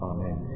Amen